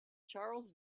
charles